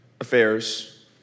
affairs